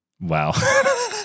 Wow